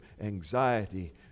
anxiety